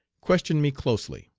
questioned me closely.